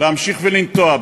להמשיך לנטוע,